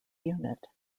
unit